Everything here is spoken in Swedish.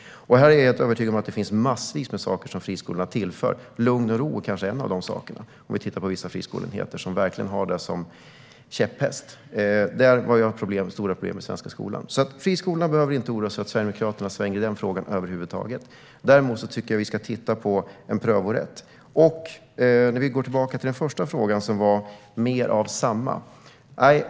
Jag är helt övertygad om att det finns massvis med saker som friskolorna tillför. Lugn och ro kanske är en av de sakerna - det är något som vissa friskoleenheter verkligen har som käpphäst. Där har vi haft stora problem i den svenska skolan. Ni behöver alltså över huvud taget inte oroa er över att Sverigedemokraterna ska svänga i frågan om friskolorna. Däremot tycker jag att vi ska titta på en prövorätt. Jag vill gå tillbaka till frågan om mer av samma.